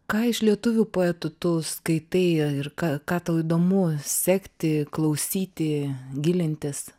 ką iš lietuvių poetų tu skaitai ir ką ką tau įdomu sekti klausyti gilintis